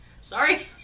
Sorry